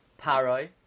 Paroi